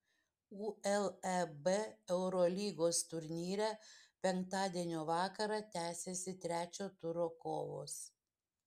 uleb eurolygos turnyre penktadienio vakarą tęsiasi trečio turo kovos